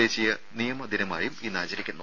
ദേശീയ നിയമ ദിനമായും ഇന്ന് ആചരിക്കുന്നു